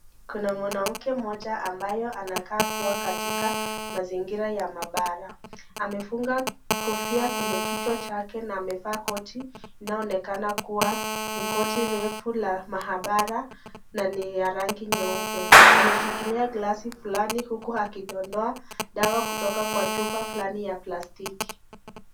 Kuna mwanamke mmoja ambaye anakaa kuwa katika mazingira ya mabaraa. Amefunga kofia kwenye kichwa chake na amevaa koti inayoonekana kuwa ni koti refu la mahabara na ni ya rangi nyeupe. Ameshikilia glasi fulani huku akidondoa dawa kutoka kwa chupa fulani ya plastiki.